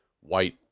white